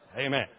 Amen